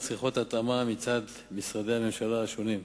מצריכות התאמה מצד משרדי הממשלה השונים.